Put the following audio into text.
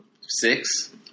Six